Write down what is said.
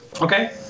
Okay